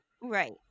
right